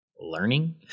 learning